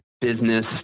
business